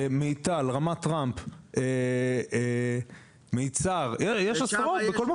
מיטל, רמת טראמפ מיצר, יש עשרות, בכל מקום.